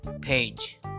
page